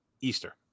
Easter